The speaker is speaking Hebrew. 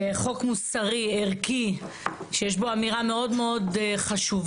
חוק מוסרי, ערכי, שיש בו אמירה מאוד מאוד חשובה.